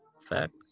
Facts